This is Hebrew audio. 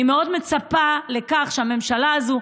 אני מאוד מצפה לכך שהממשלה הזו,